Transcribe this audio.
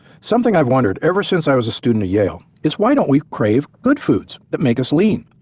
something i've wondered ever since i was a student at yale is why don't we crave good foods that make us lean,